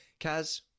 Kaz